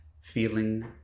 feeling